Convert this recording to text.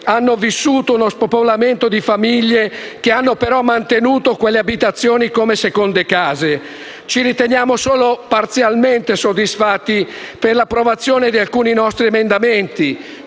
hanno vissuto uno spopolamento di famiglie che hanno però mantenuto quelle abitazioni come seconde case. Ci riteniamo solo parzialmente soddisfatti per l'approvazione di alcuni nostri emendamenti,